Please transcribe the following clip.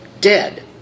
dead